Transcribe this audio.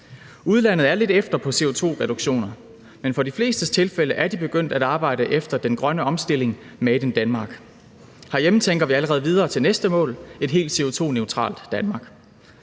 Udlandet er lidt efter, hvad angår CO2-reduktioner, men for de flestes vedkommende er de begyndt at arbejde efter den grønne omstilling »made in Denmark«. Herhjemme tænker vi allerede videre mod næste mål: et helt CO2-neutralt Danmark.